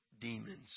demons